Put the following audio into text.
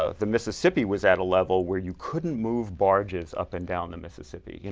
ah the mississippi was at a level where you couldn't move barges up and down the mississippi. you know